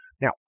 Now